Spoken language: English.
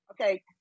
Okay